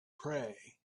pray